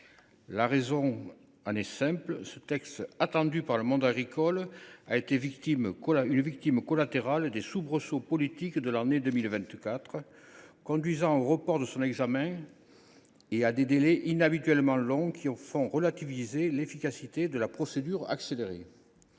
ces retards est simple : ce texte, attendu par le monde agricole, a été une victime collatérale des soubresauts politiques de l’année 2024, qui ont conduit au report de son examen et à des délais inhabituellement longs – qui nous ont fait relativiser l’efficacité de la procédure accélérée.